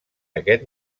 aquest